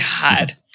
God